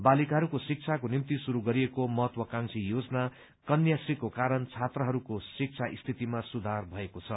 बालिकाहरूको शिक्षाको निम्ति श्रूरू गरिएको महत्वकांक्षी योजना कन्या श्री को कारण छात्राहरूको शिक्षा स्थितिमा सुधार भएको छ